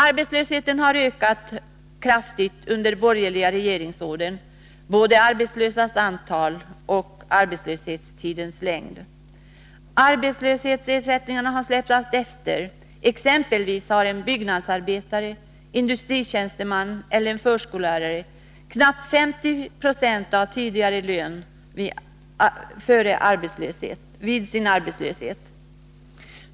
Arbetslösheten har ökat kraftigt under de borgerliga regeringsåren — det gäller de arbetslösas antal och arbetslöshetstidens längd. Arbetslöshetsersättningarna har släpat efter. Exempelvis har en byggnadsarbetare, en industritjänsteman eller en förskollärare knappt 50 26 av tidigare lön vid arbetslöshet.